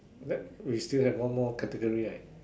that we still have one more category right